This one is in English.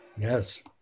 Yes